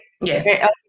Yes